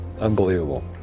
unbelievable